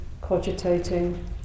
cogitating